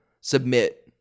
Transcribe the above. submit